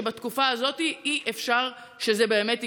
ובתקופה הזאת אי-אפשר שזה באמת יקרה.